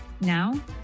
Now